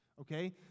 Okay